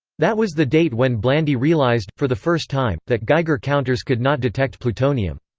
that was the date when blandy realized, for the first time, that geiger counters could not detect plutonium.